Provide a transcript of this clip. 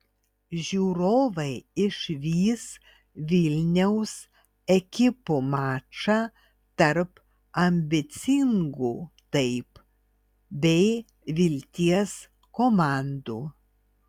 žiūrovai išvys vilniaus ekipų mačą tarp ambicingų taip bei vilties komandų